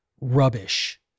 Rubbish